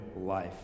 life